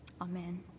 Amen